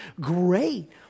great